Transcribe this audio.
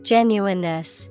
Genuineness